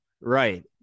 right